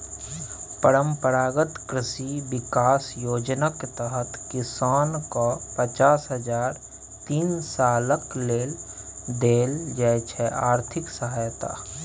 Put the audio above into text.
परंपरागत कृषि बिकास योजनाक तहत किसानकेँ पचास हजार तीन सालक लेल देल जाइ छै आर्थिक सहायता